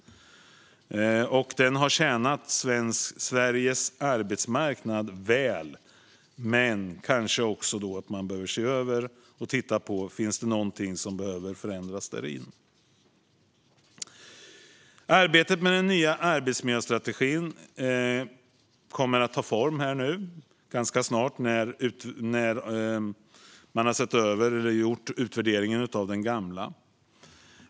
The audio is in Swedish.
Den har tjänat Sveriges arbetsmarknad väl, men kanske behöver man se över om det finns någonting i den som behöver förändras. Arbetet med den nya arbetsmiljöstrategin kommer att ta form ganska snart, när man har gjort utvärderingen av den gamla.